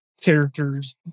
characters